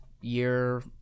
year